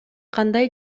кандай